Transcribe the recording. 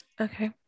Okay